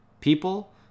people